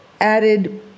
added